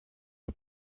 der